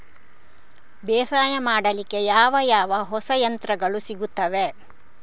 ಬೇಸಾಯ ಮಾಡಲಿಕ್ಕೆ ಯಾವ ಯಾವ ಹೊಸ ಯಂತ್ರಗಳು ಸಿಗುತ್ತವೆ?